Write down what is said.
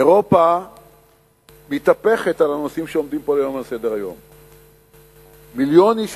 אירופה מתהפכת על הנושאים שעומדים פה היום על סדר-היום,